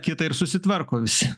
kitą ir susitvarko visi